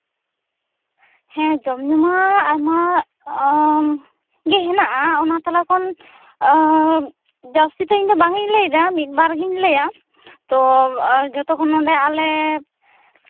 ᱦᱮᱸ ᱡᱚᱢ ᱧᱩ ᱢᱟ ᱟᱭᱢᱟ ᱜᱮ ᱦᱮᱱᱟᱜᱼᱟ ᱚᱱᱟ ᱛᱟᱞᱟ ᱠᱷᱚᱱ ᱡᱟᱹᱥᱛᱤ ᱫᱚ ᱤᱧ ᱫᱚ ᱵᱟᱝᱤᱧ ᱞᱟᱹᱭ ᱫᱟ ᱢᱤᱫ ᱵᱟᱨ ᱜᱤᱧ ᱞᱟᱹᱭᱟ ᱡᱚᱛᱚᱠᱷᱚᱱ ᱟᱞᱮ ᱱᱚᱰᱮ